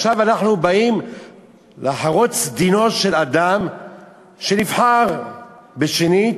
עכשיו אנחנו באים לחרוץ דינו של אדם שנבחר בשנית